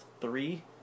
three